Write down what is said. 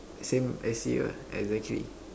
same as you lah exactly